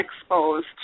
exposed